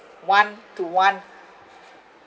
one to one